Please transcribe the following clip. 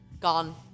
gone